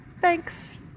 Thanks